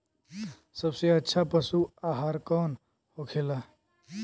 सबसे अच्छा पशु आहार कौन होखेला?